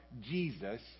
Jesus